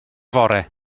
fore